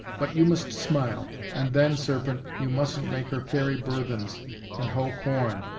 but you must smile. and then, serpent, you mustn't make her carry burthens and hoe corn,